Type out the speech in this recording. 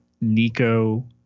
Nico